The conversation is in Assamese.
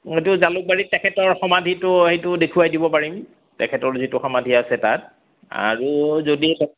এইটো জালুকবাৰীৰ তেখেতৰ সমাধিটো সেইটো দেখুৱাই দিব পাৰিম তেখেতৰ যিটো সমাধি আছে তাত আৰু যদি